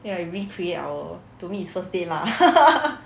then I recreate our to me is first date lah